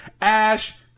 Ash